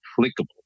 applicable